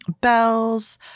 bells